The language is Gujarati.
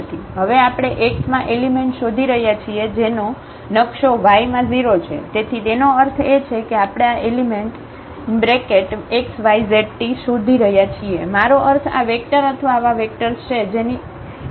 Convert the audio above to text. હવે આપણે x માં એલિમેન્ટ શોધી રહ્યા છીએ જેનો નકશો y માં 0 છે તેથી તેનો અર્થ એ છે કે આપણે આ એલિમેન્ટ xyztશોધી રહ્યા છીએ મારો અર્થ આ વેક્ટર અથવા આવા વેક્ટર્સ છે જેમની ઈમેજ 0 છે